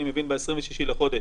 אני מבין ב-26 בחודש